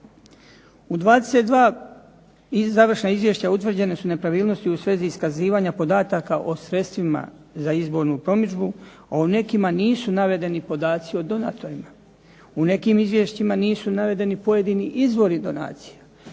U 22 završna izvješća utvrđene su nepravilnosti u svezi iskazivanja podataka o sredstvima za izbornu promidžbu, a u nekima nisu navedeni podaci o donatorima. U nekim izvješćima nisu navedeni pojedini izvori donacija,